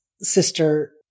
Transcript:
sister